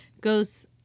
goes